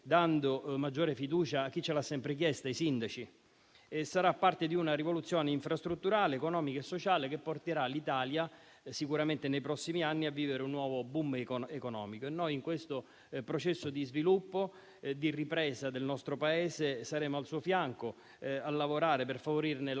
dando maggiore fiducia a chi ce l'ha sempre chiesta (i sindaci) e sarà parte di una rivoluzione infrastrutturale, economica e sociale, che porterà sicuramente l'Italia nei prossimi anni a vivere un nuovo *boom* economico. In questo processo di sviluppo e di ripresa del nostro Paese noi saremo al suo fianco, lavorando per favorirne l'attuazione,